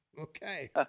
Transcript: Okay